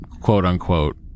quote-unquote